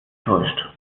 täuscht